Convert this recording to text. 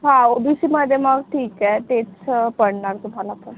हां O B सीमध्ये मग ठीक आहे तेच पडणार तुम्हाला पण